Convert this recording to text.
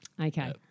Okay